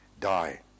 die